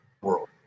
world